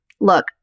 look